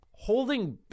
Holding